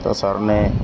ਤਾਂ ਸਰ ਨੇ